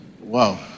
Wow